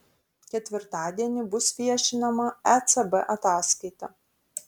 ketvirtadienį bus viešinama ecb ataskaita